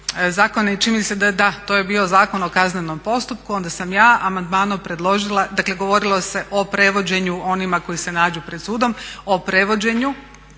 zakone, čini mi se da da, to je bio Zakon o kaznenom postupku, onda sam ja amandmanom predložila, dakle govorilo se o prevođenju onima koji se nađu pred sudom, o prevođenju